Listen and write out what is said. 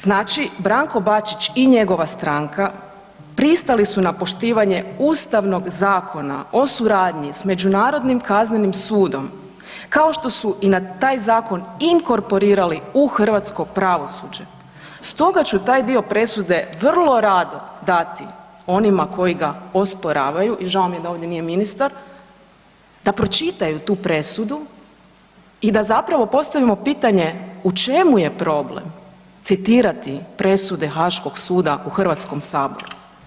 Znači, Branko Bačić i njegova stranka pristali su na poštivanje Ustavnog zakona o suradnji sa Međunarodnim kaznenim sudom kao što su i na taj zakon inkorporirali u Hrvatsko pravosuđe, stoga ću taj dio presude vrlo rado dati onima koji ga osporavaju i žao mi je da ovdje nije ministar, da pročitaju tu presudu i da zapravo postavimo pitanje u čemu je problem citirati presude Haškog suda u Hrvatskom saboru.